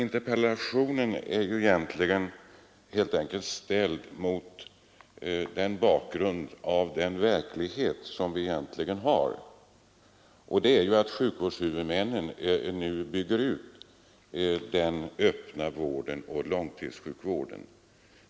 Nej, bakgrunden till min interpellation är den verklighet som vi nu lever i, nämligen att sjukvårdshuvudmännen bygger ut den öppna vården och långtidssjukvården.